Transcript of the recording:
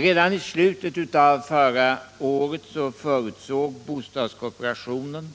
Redan i slutet av förra året förutsåg bostadskooperationen